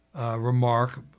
remark